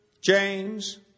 James